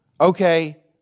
okay